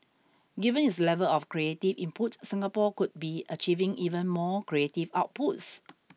given its level of creative input Singapore could be achieving even more creative outputs